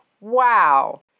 wow